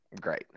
Great